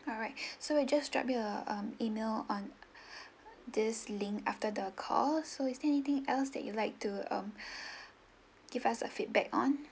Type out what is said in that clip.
alright so we'll just drop you uh um email on this link after the call so is there anything else that you'd like to give us a feedback on